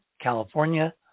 California